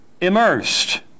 immersed